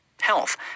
health